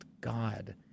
God